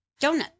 donut